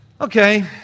Okay